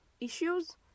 issues